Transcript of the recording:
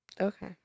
Okay